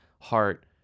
Heart